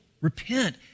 Repent